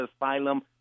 asylum